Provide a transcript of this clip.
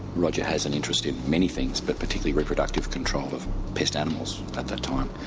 roger has an interest in many things but particularly reproductive control of pest animals, at that time.